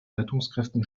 rettungskräften